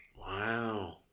Wow